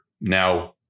now